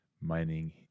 mining